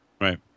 Right